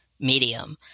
medium